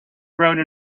rode